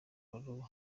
kalou